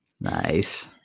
Nice